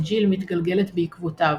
וג'יל מתגלגלת בעקבותיו.